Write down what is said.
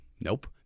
Nope